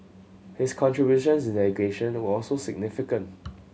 his contributions in education were also significant